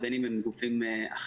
או תיירות או גופים אחרים,